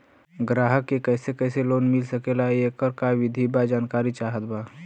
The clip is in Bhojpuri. ग्राहक के कैसे कैसे लोन मिल सकेला येकर का विधि बा जानकारी चाहत बा?